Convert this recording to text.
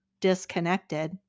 disconnected